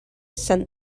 sent